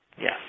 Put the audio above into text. Yes